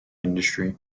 industry